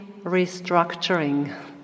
restructuring